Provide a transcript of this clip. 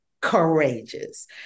courageous